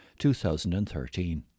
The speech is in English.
2013